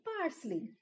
parsley